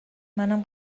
منم